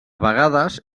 vegades